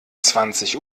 zwanzig